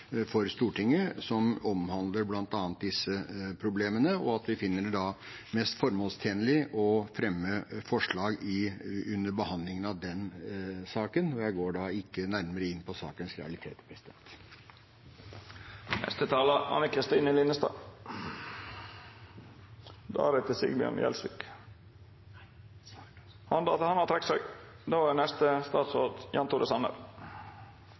for Stortinget, som omhandler bl.a. disse problemene, og at vi da finner det mest formålstjenlig å fremme forslag under behandlingen av den saken. Jeg går derfor ikke nærmere inn på sakens realitet. Høyre mener at det er flere gode grunner til